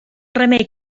remei